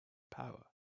power